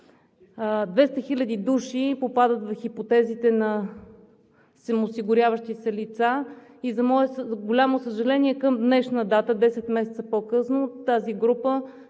хиляди души попадат в хипотезите на самоосигуряващите се лица и за мое голямо съжаление към днешна дата – 10 месеца по-късно, тази група